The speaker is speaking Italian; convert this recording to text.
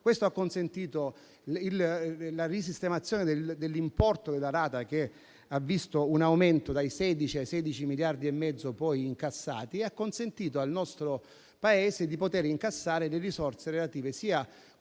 Questo ha consentito la risistemazione dell'importo della rata, che ha visto un aumento dai 16 ai 16,5 miliardi poi incassati, e ha consentito al nostro Paese di incassare le risorse relative sia,